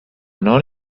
non